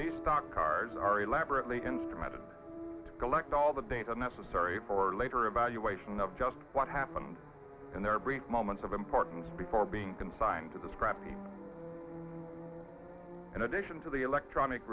police stock cars are elaborately instrumental collect all the data necessary for later evaluation of just what happened in their brief moments of importance before being consigned to the scrap in addition to the electronic